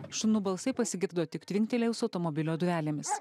šunų balsai pasigirdo tik tvinktelėjus automobilio durelėmis